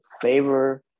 favor